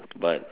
but